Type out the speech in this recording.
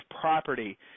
property